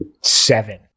seven